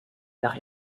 nach